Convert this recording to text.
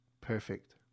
Perfect